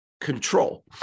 control